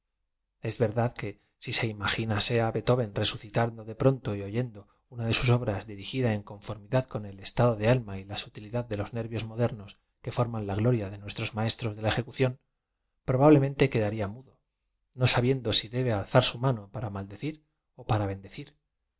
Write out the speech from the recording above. es verdad que sise imaginase á beethoven resucitan do de pronto y oyendo ana de sus obras dirigida en conformidad con el estado de alma y la sutilidad de los nervios modernos que forman la glo ria de nuestros maestros de la ejecución probablemente quedarla mudo no sabiendo sí debe alzar su mano para m al decir ó para bendecir